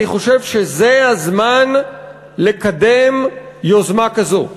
אני חושב שזה הזמן לקדם יוזמה כזו.